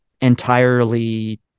entirely